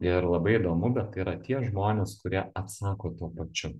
ir labai įdomu bet tai yra tie žmonės kurie atsako tuo pačiu